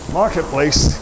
marketplace